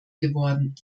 geworden